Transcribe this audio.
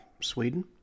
Sweden